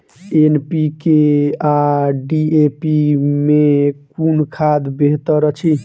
NPK आ DAP मे कुन खाद बेहतर अछि?